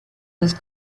los